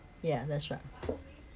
yeah that's right